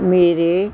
ਮੇਰੇ